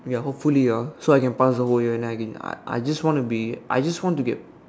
ya hopefully ah so I can pass the whole year and then I can I just want to be I just want to get